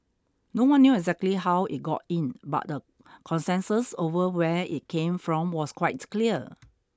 no one knew exactly how it got in but the consensus over where it came from was quite clear